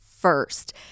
first